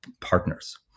partners